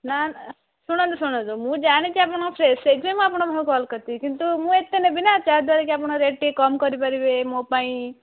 ନା ଶୁଣନ୍ତୁ ଶୁଣନ୍ତୁ ମୁଁ ଜାଣିଛି ଆପଣଙ୍କ ଫ୍ରେସ୍ ସେହିଥିପାଇଁ ମୁଁ ଆପଣଙ୍କ ପାଖକୁ କଲ୍ କରିଛି କିନ୍ତୁ ମୁଁ ଏତେ ନେବିନା ଯାହାଦ୍ଵାରା ଆପଣ ରେଟ୍ ଟିକେ କମ୍ କରିପାରିବେ ମୋ ପାଇଁ